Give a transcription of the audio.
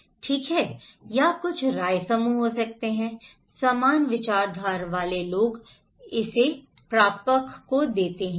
ठीक है या कुछ राय समूह हो सकते हैं समान विचारधारा वाले लोग इसे प्रापक को देते हैं